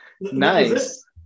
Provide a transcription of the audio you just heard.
Nice